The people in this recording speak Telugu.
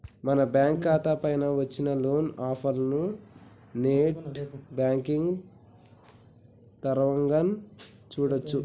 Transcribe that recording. మన బ్యాంకు ఖాతా పైన వచ్చిన లోన్ ఆఫర్లను నెట్ బ్యాంకింగ్ తరవంగానే చూడొచ్చు